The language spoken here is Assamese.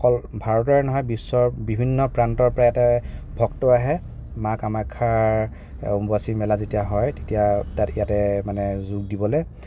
অকল ভাৰতৰে নহয় বিশ্বৰ বিভিন্ন প্ৰান্তৰ পৰা ইয়াতে ভক্ত আহে মা কামাখ্যাৰ অম্বুবাচী মেলা যেতিয়া হয় তেতিয়া তাত ইয়াতে মানে যোগ দিবলে